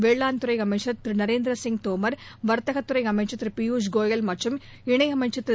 வேளான் துறை அமைச்சர் திரு நரேந்திர சிய் தோமர் வர்த்தகத்துறை அமைச்சர் திரு பியூஷ்கோயல் மற்றம் இணையமைச்சர் திரு